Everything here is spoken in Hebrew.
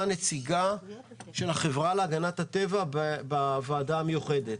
נציגה פעילה מאוד של החברה להגנת הטבע בוועדה המיוחדת.